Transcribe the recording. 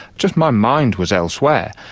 just my mind was elsewhere.